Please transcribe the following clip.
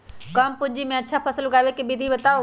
कम पूंजी में अच्छा फसल उगाबे के विधि बताउ?